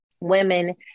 Women